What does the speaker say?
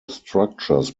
structures